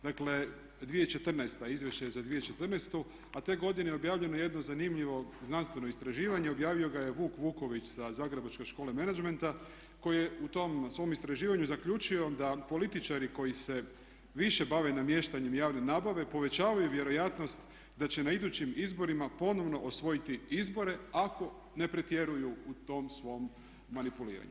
Dakle 2014.,izvješće je za 2014., a te je godine objavljeno jedno zanimljivo znanstveno istraživanje, objavio ga je Vuk Vuković sa Zagrebačke škole menadžmenta koji je u tom svom istraživanju zaključio da političari koje više bave namještanjem javne nabave povećavaju vjerojatnost da će na idućim izborima ponovno osvojiti izbore ako ne pretjeruju u tom svom manipuliranju.